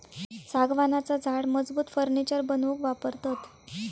सागवानाचा झाड मजबूत फर्नीचर बनवूक वापरतत